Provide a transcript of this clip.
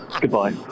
Goodbye